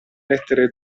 lettere